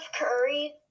Curry